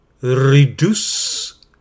reduce